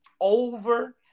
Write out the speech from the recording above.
Over